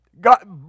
God